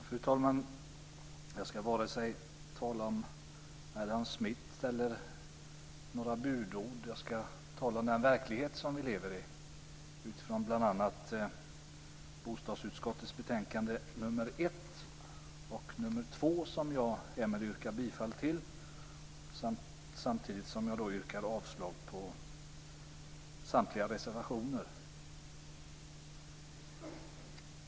Fru talman! Jag ska varken tala om Adam Smith eller några budord. Jag ska tala om den verklighet som vi lever i, utifrån bl.a. bostadsutskottets betänkande nr 1 och nr 2. Jag yrkar härmed bifall till hemställan i dessa betänkanden. Samtidigt yrkar jag avslag på samtliga reservationer.